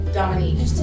Dominique